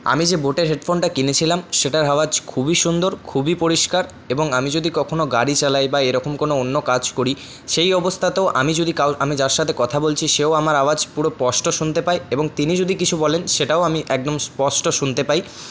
আমি যে বোটের হেডফোনটা কিনেছিলাম সেটার আওয়াজ খুবই সুন্দর খুবই পরিষ্কার এবং আমি যদি কখনও গাড়ি চালাই বা এরকম কোনও অন্য কাজ করি সেই অবস্থাতেও আমি যদি কাউর আমি যার সাথে কথা বলছি সেও আমার আওয়াজ পুরো স্পষ্ট শুনতে পায় এবং তিনি যদি কিছু বলেন সেটাও আমি একদম স্পষ্ট শুনতে পাই